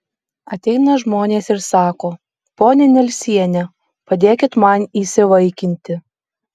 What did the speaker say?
ateina žmonės ir sako ponia nelsiene padėkit man įsivaikinti